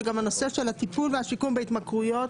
שגם הנושא של הטיפול והשיקום בהתמכרויות,